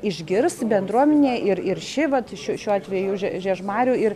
išgirs bendruomenė ir ir ši vat š šiuo atveju žie žiežmarių ir